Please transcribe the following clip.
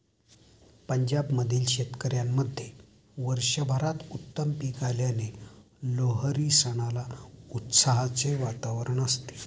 पंजाब मधील शेतकऱ्यांमध्ये वर्षभरात उत्तम पीक आल्याने लोहरी सणाला उत्साहाचे वातावरण असते